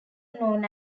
known